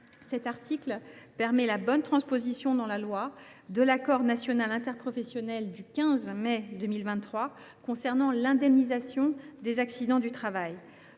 disposition permet la bonne transposition dans la loi de l’accord national interprofessionnel (ANI) du 15 mai 2023 concernant l’indemnisation des accidents du travail.